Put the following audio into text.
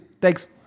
Thanks